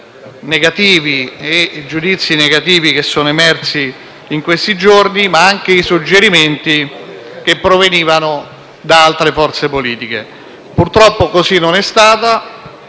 serie di giudizi negativi che sono stati espressi in questi giorni, ma anche i suggerimenti che provenivano da altre forze politiche. Purtroppo così non è stato: